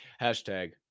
Hashtag